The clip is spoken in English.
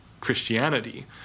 Christianity